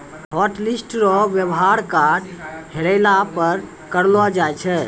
hotlist रो वेवहार card हेरैला पर करलो जाय छै